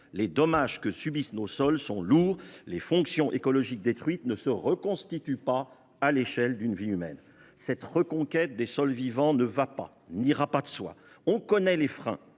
Les dommages que subissent nos sols sont lourds. Les fonctions écologiques détruites ne se reconstituent pas à l’échelle d’une vie humaine. Cette reconquête des sols vivants ne va pas et n’ira pas de soi. On connaît les freins,